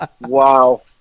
Wow